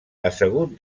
assegut